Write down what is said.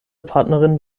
partnerin